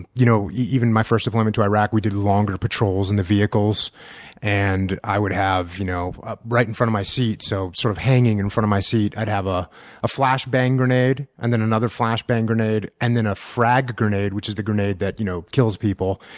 you know even my first deployment to iraq, we did longer patrols in the vehicles and i would have, you know ah right in front of my seat so sort of hanging in front of my seat, i'd have a flash bang grenade and then another flash bang grenade, and then a frag grenade, which is the grenade that you know kills people,